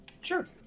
sure